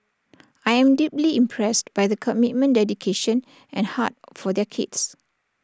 I am deeply impressed by the commitment dedication and heart for their kids